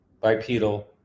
bipedal